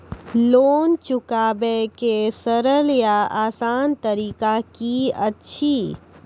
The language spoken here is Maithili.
लोन चुकाबै के सरल या आसान तरीका की अछि?